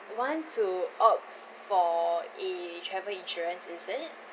want to opt for a travel insurance is it